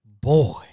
Boy